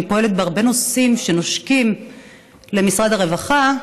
פועלת בהרבה נושאים שנושקים למשרד הרווחה,